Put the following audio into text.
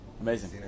amazing